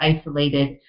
isolated